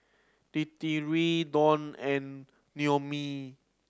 Dititri Donn and Noemie